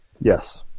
Yes